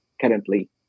currently